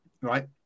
Right